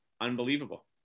unbelievable